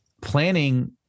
planning